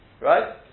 Right